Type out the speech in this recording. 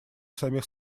самих